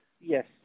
Yes